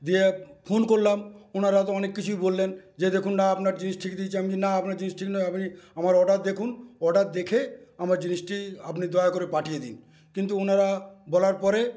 দিয়ে ফোন করলাম ওনারা তো অনেক কিছুই বললেন যে দেখুন না আপনার জিনিস ঠিক দিয়েছি আমি না আপনার জিনিস ঠিক নয় আপনি আমার অর্ডার দেখুন অর্ডার দেখে আমার জিনিসটি আপনি দয়া করে পাঠিয়ে দিন কিন্তু ওনারা বলার পরে